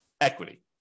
equity